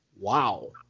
Wow